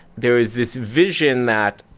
there was this vision that